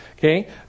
Okay